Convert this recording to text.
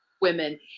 women